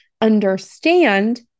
understand